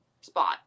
spot